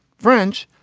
french.